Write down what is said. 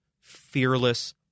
fearless